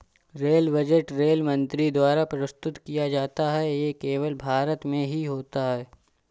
rail budget rail मंत्री द्वारा प्रस्तुत किया जाता है ये केवल भारत में ही होता है